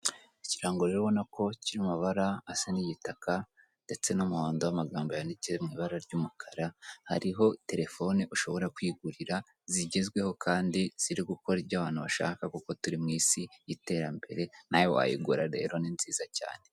Ikirango rero ubona ko kiri mumabara asa n'igitaka ndetse n'umuhondo amagambo yanditse mu ibara ry'umukara, hariho telefone ushobora kwigurira zigezweho kandi ziri gukora ibyo abantu bashaka kuko turi mu isi y'iterambere nawe wayigura rero ni nziza cyane.